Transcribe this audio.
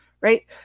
right